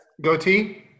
Goatee